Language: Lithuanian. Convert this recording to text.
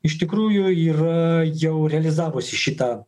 iš tikrųjų yra jau realizavusi šitą